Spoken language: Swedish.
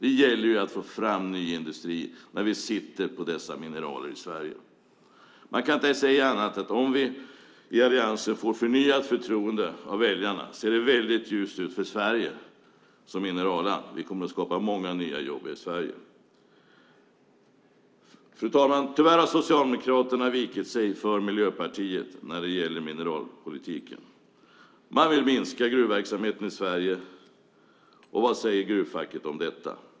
Det gäller att få fram ny industri när vi sitter på dessa mineraler i Sverige. Man kan inte säga annat än att om vi i Alliansen får förnyat förtroende av väljarna ser det väldigt ljust ut för Sverige som mineralland. Vi kommer att skapa många nya jobb i Sverige. Fru talman! Tyvärr har Socialdemokraterna vikt sig för Miljöpartiet när det gäller mineralpolitiken. Man vill minska gruvverksamheten i Sverige. Vad säger gruvfacket om detta?